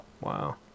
Wow